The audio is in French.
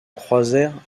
croisèrent